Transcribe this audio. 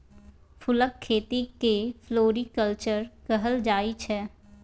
फुलक खेती केँ फ्लोरीकल्चर कहल जाइ छै